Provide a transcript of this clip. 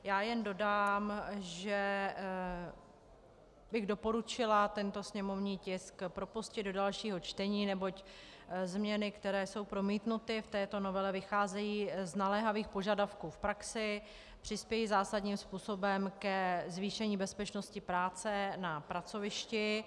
Já jen dodám, že bych doporučila tento sněmovní tisk propustit do dalšího čtení, neboť změny, které jsou promítnuty v této novele, vycházejí z naléhavých požadavků v praxi, přispějí zásadním způsobem ke zvýšení bezpečnosti práce na pracovišti.